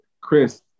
Chris